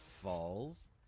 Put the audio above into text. falls